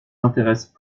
intéresse